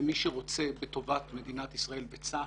ומי שרוצה בטובת ישראל וצה"ל,